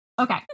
Okay